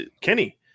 Kenny